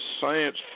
science